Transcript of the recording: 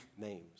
names